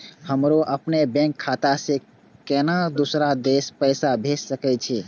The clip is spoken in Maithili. हमरो अपने बैंक खाता से केना दुसरा देश पैसा भेज सके छी?